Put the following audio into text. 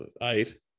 eight